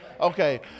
Okay